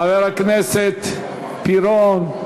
חבר הכנסת פירון.